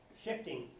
shifting